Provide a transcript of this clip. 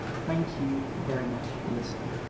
thank you very much for listening.